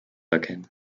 erkennen